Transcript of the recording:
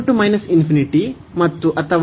a ಇಂದ b ಮತ್ತು ಅಥವಾ